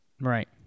Right